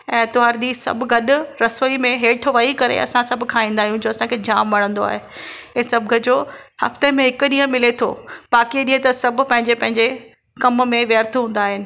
ए आरितवार ॾींहुं सभु गॾु रसोई में हेठि वेही करे असां सभु खाईंदा आहियूं जो असांखे जामु वणंदो आहे ऐं सभुकंहिंजो हफ़्ते में हिकु ॾींहुं मिले थो बाक़ी ॾींहं त सभु पंहिंजे पंहिंजे कम में व्यर्थ हूंदा आहिनि